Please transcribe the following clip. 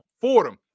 Fordham